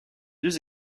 deux